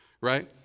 Right